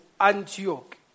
Antioch